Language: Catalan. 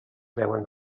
veuen